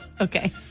Okay